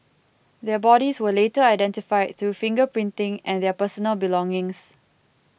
their bodies were later identified through finger printing and their personal belongings